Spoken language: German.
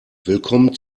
willkommen